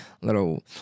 little